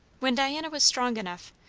when diana was strong enough,